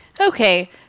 okay